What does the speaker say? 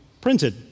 printed